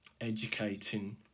educating